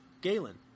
Galen